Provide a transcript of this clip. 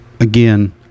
again